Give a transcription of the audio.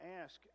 ask